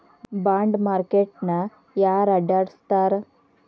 Bond market ನ ಯಾರ್ನಡ್ಸ್ತಾರ?